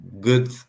good